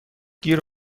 گیر